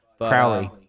Crowley